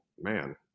Man